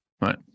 Right